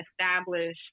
established